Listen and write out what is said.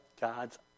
God's